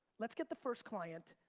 let's get the first client,